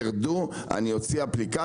הוא אמר שהמחירים ירדו ושהוא יוציא אפליקציות